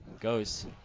Goes